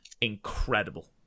incredible